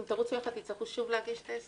אם תרוצו יחד תצטרכו שוב להגיש את ההסכם?